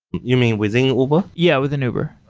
you mean within uber? yeah, within uber.